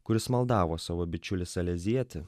kuris maldavo savo bičiulį salezietį